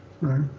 right